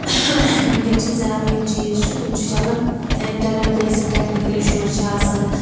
وٕنکیٚن چھِ زیادٕ یِم چیٖز چھِ تِم چھِ چَلان اِنٹرنٹ بیسڈ ٹیٚکنِکَل اِشوٗز چھ آسان